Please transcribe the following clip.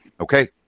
Okay